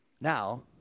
Now